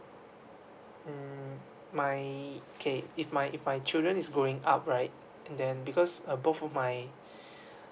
mm my okay if my if my children is going up right then because both of my